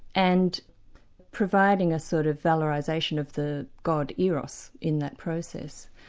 and providing a sort of valorisation of the god eros in that process.